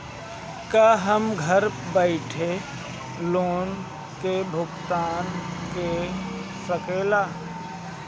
का हम घर बईठे लोन के भुगतान के शकेला?